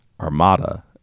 Armada